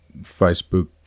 Facebook